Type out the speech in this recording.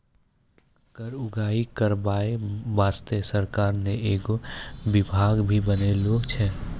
कर उगाही करबाय बासतें सरकार ने एगो बिभाग भी बनालो छै